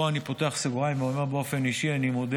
פה אני פותח סוגריים ואומר באופן אישי: אני מודה